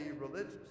religious